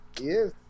Yes